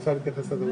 שרוצה להתייחס לזה.